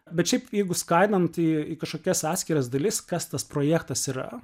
bet šiaip jeigu skaidant į kažkokias atskiras dalis kas tas projektas yra